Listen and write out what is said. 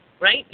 Right